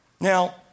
Now